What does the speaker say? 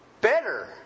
better